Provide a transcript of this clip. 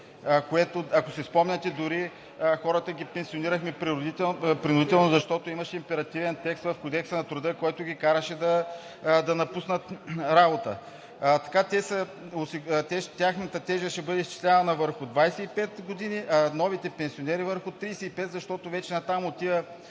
години. Ако си спомняте, хората ги пенсионирахме принудително, защото имаше императивен текст в Кодекса на труда, който ги караше да напуснат работа. Така тяхната тежест ще бъде изчислявана върху 25 години, а новите пенсионери – върху 35 години, защото вече натам отиват